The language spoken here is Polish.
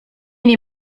nie